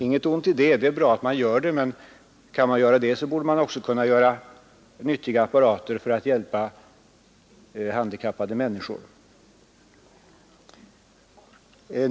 Det är i och för sig inget ont i dessa produkter, men kan statens företag göra sådana borde de också kunna göra nyttiga apparater för att hjälpa handikappade människor.